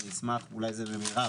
אולי זו שאלה למירב,